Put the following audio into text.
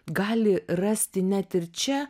gali rasti net ir čia